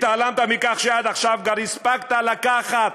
התעלמת מכך שעד עכשיו גם הספקת לקחת,